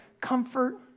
comfort